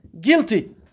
guilty